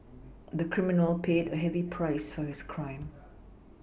the criminal paid a heavy price for his crime